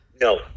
No